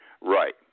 right